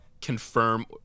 confirm